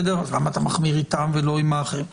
אז למה אתה מחמיר איתם ולא עם האחרים?